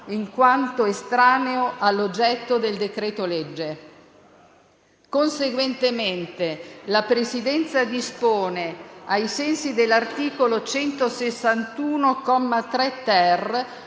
in quanto estraneo all'oggetto del decreto-legge. Conseguentemente, la Presidenza dispone, ai sensi dell'articolo 161,